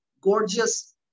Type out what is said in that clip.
gorgeous